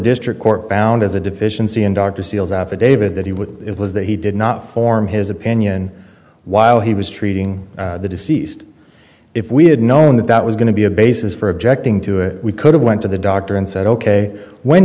district court found as a deficiency in dr seals affidavit that he would it was that he did not form his opinion while he was treating the deceased if we had known that that was going to be a basis for objecting to it we could have went to the doctor and said ok when